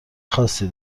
خاصی